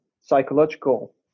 psychological